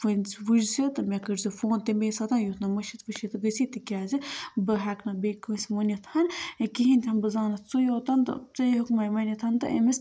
ؤنۍ زِ وُچھ زِ تہٕ مےٚ کٔرۍ زِ فون تَمے ساتہٕ یُتھ نہٕ مٔشِتھ ؤشِتھ گٔژھی تِکیٛازِ بہٕ ہیٚکہٕ نہٕ بیٚیہِ کٲنٛسہِ ؤنِتھ کِہیٖنۍ تہِ نہٕ بہٕ زانَتھ ژٕے یوت تہٕ ژیٚے ہیٛوک مٔے ؤنِتھ تہٕ أمِس